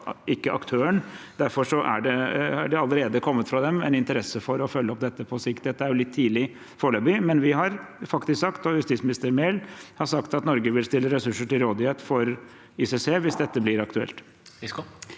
ikke aktøren. Derfor er det allerede kommet en interesse fra dem for å følge opp dette på sikt. Dette er litt tidlig foreløpig, men vi – og justisminister Mehl – har sagt at Norge vil stille ressurser til rådighet for ICC hvis dette blir aktuelt.